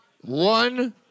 one